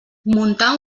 muntar